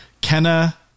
Kenna